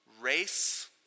Race